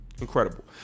Incredible